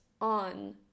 on